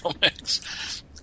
mix